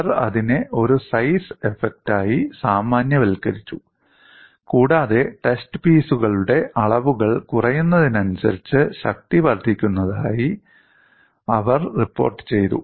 അവർ അതിനെ ഒരു സൈസ് ഇഫക്റ്റായി സാമാന്യവൽക്കരിച്ചു കൂടാതെ ടെസ്റ്റ് പീസുകളുടെ അളവുകൾ കുറയുന്നതിനനുസരിച്ച് ശക്തി വർദ്ധിക്കുന്നതായി അവർ റിപ്പോർട്ട് ചെയ്തു